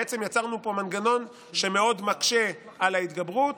בעצם יצרנו פה מנגנון שמאוד מקשה על ההתגברות,